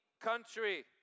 country